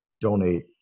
donate